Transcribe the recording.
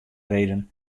reden